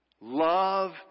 Love